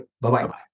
Bye-bye